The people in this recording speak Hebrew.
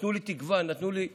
נתנו לי תקווה, נתנו לי אופק.